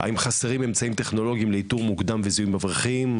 האם חסרים אמצעים טכנולוגיים לאיתור מוקדם וזיהוי מבריחים,